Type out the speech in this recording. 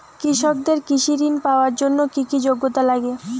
কৃষকদের কৃষি ঋণ পাওয়ার জন্য কী কী যোগ্যতা লাগে?